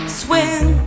swing